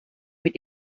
mit